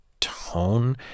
tone